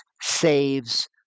saves